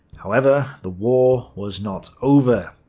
however, the war was not over.